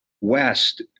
West